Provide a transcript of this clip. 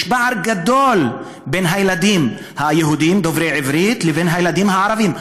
יש פער גדול בין הילדים היהודים דוברי העברית לבין הילדים הערבים,